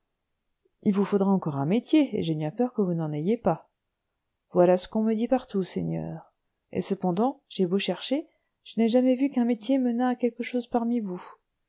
il vous faudrait encore un métier et j'ai bien peur que vous n'en ayez pas voilà ce qu'on me dit partout seigneur et cependant j'ai beau chercher je n'ai jamais vu qu'un métier menât à quelque chose parmi vous